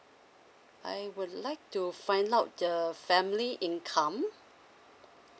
I would like to find out the family income